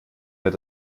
wird